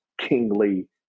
kingly